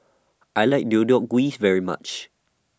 I like Deodeok Gui very much